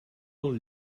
del